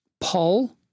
Paul